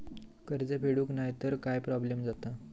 कर्ज फेडूक नाय तर काय प्रोब्लेम जाता?